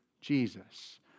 Jesus